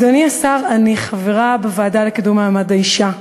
אדוני השר, אני חברה בוועדה לקידום מעמד האישה,